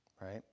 right